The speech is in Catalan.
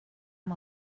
amb